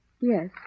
Yes